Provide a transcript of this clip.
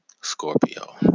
Scorpio